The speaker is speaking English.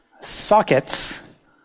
sockets